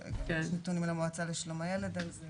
יש נתונים למועצה לשלום הילד על זה.